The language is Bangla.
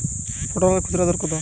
পটলের খুচরা দর কত?